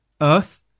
Earth